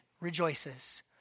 rejoices